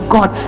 God